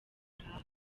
twataha